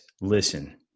listen